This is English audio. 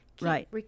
Right